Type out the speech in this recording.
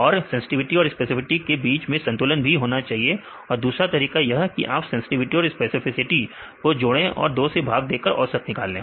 और सेंसटिविटी और स्पेसिफिसिटी के बीच में संतुलन भी होना चाहिए और दूसरा तरीका यह कि आप सेंसटिविटी और स्पेसिफिसिटी को जोड़ें और 2 से भाग देकर औसत निकाल ले